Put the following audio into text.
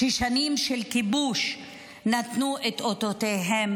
ששנים של כיבוש נתנו את אותותיהן